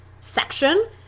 section